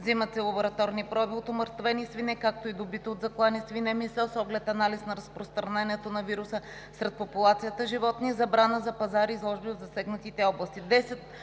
вземат се лабораторни проби от умъртвени свине, както и добито от заклани свине месо с оглед анализ на разпространението на вируса сред популацията животни; забрана за пазар и изложби от засегнатите области;